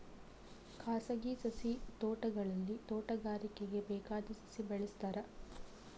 ಖಾಸಗಿ ಸಸಿ ತೋಟಗಳಲ್ಲಿ ತೋಟಗಾರಿಕೆಗೆ ಬೇಕಾದ ಸಸಿ ಬೆಳೆಸ್ತಾರ